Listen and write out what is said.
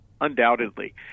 Undoubtedly